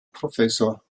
professor